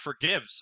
Forgives